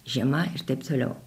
žiema ir taip toliau